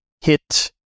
hit